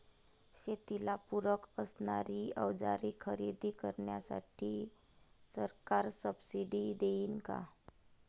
शेतीला पूरक असणारी अवजारे खरेदी करण्यासाठी सरकार सब्सिडी देईन का?